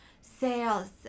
sales